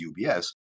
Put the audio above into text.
UBS